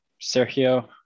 sergio